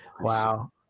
Wow